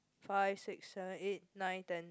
five six seven eight nine ten